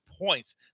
points